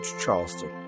Charleston